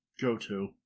go-to